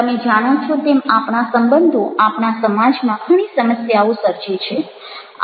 તમે જાણો છો તેમ આપણા સંબંધો આપણા સમાજમાં ઘણી સમસ્યાઓ સર્જે છે